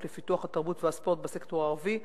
לפיתוח התרבות והספורט בסקטור הערבי?